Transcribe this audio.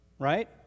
Right